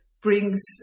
brings